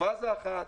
פאזה אחת.